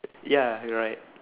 ya you're right